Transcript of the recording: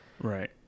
Right